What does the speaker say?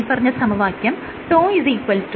മേല്പറഞ്ഞ സമവാക്യം τ µγ